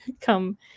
come